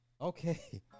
okay